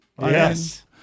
Yes